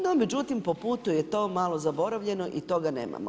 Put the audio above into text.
No međutim, po putu je to malo zaboravljeno i toga nemamo.